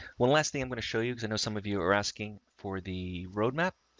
one last thing i'm going to show you, cause i know some of you are asking for the roadmap,